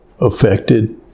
affected